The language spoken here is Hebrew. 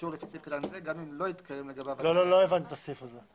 אישור לפי סעיף קטן זה גם אם לא התקיים לגביו התנאי האמור.